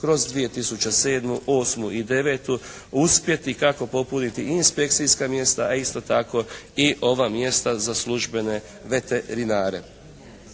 kroz 2007., 2008. i 2009. uspjeti kako popuniti i inspekcijska mjesta a isto tako i ova mjesta za službene veterinare.